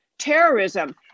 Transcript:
Terrorism